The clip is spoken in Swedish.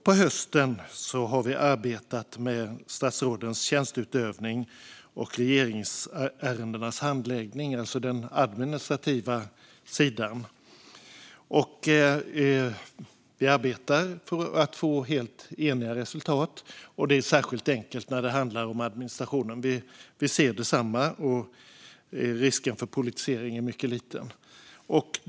På hösten arbetar vi med statsrådens tjänsteutövning och regeringsärendenas handläggning, alltså den administrativa sidan. Vi arbetar för att få helt eniga resultat, och det är särskilt enkelt när det handlar om administrationen. Vi ser samma saker, och risken för politisering är mycket liten.